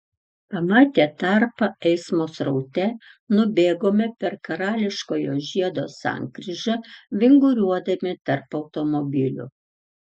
pamatę tarpą eismo sraute nubėgome per karališkojo žiedo sankryžą vinguriuodami tarp automobilių